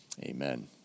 amen